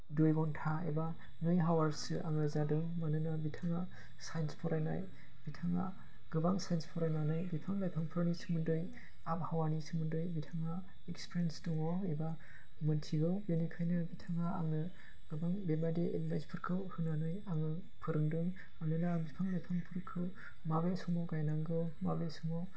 दुइ घन्टा एबा नै हावार्चसो आङो जादों मानोना बिथाङा साइन्स फरायनाय बिथाङा गोबां साइन्स फरायनानै बिफां लाइफांफोरनि सोमोन्दै आबहावानि सोमोन्दै बिथाङा इक्सपिरियेन्स दङ एबा मिथिगौ बिनिखायनो बिथाङा आंनो गोबां बेबायदि एडभाइसफोरखौ होनानै आंनो फोरोंदों मानोना बिफां लाइफांफोरखौ माबे समाव गायनांगौ माबे समाव